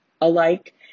alike